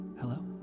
Hello